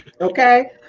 Okay